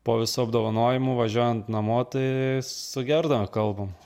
po visų apdovanojimų važiuojant namo tai su gerda kalbam